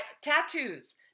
Tattoos